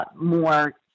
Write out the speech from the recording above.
more